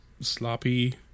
sloppy